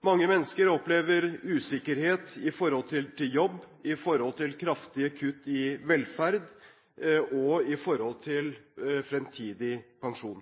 Mange mennesker opplever usikkerhet i forhold til jobb, i forhold til kraftige kutt i velferd og i forhold til fremtidig pensjon.